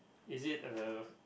is it uh